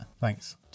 Thanks